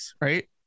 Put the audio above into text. right